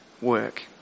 work